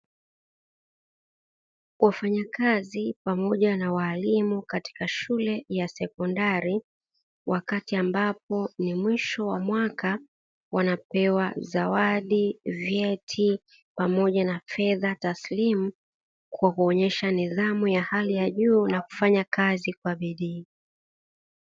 Wafanyakazi pamoja na walimu katika shule ya sekondari, wakati ambapo ni mwisho wa mwaka wanapewa zawadi, vyeti pamoja na fedha taslimu kwa kuonyesha midhamu ya hali ya juu na kufanya kazi kwa bidii.